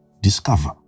discover